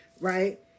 right